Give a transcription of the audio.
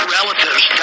relatives